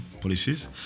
policies